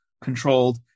controlled